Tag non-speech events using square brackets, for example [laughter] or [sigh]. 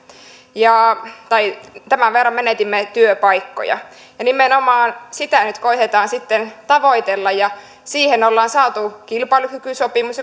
tai tämän verran menetimme työpaikkoja nimenomaan sitä nyt koetetaan sitten tavoitella ja siihen ollaan saatu kilpailukykysopimus [unintelligible]